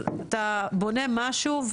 אתה בונה משהו,